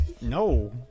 No